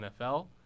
nfl